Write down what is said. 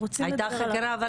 הייתה חקירה אבל